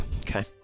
Okay